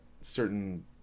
certain